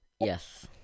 Yes